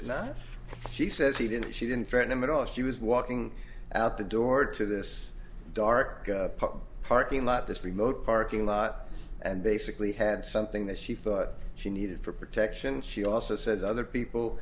says he didn't she didn't threaten him at all she was walking out the door to this dark parking lot this remote parking lot and basically had something that she thought she needed for protection she also says other people